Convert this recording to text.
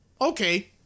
Okay